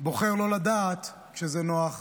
בוחר לא לדעת כשזה נוח,